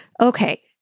Okay